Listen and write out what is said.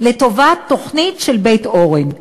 לטובת תוכנית של בית-אורן.